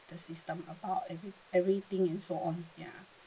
the system about every everything and so on ya